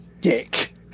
dick